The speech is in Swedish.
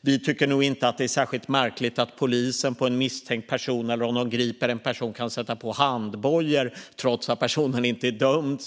Vi tycker inte heller att det är särskilt märkligt att polisen kan sätta på handbojor när de griper en misstänkt person, trots att personen inte är dömd.